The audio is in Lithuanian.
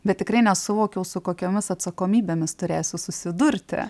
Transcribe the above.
bet tikrai nesuvokiau su kokiomis atsakomybėmis turėsiu susidurti